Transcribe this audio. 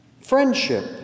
friendship